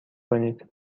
کنید